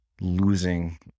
losing